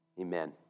Amen